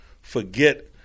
Forget